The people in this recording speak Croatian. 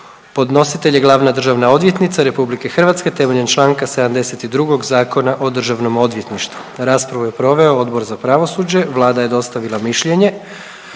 Podnositelj je glavna državna odvjetnica Republike Hrvatske, temeljem članka 72. Zakona o Državnom odvjetništvu. Raspravu je proveo Odbor za pravosuđe. Vlada je dostavila mišljenje.